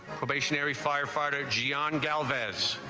we firefighter g. on galvez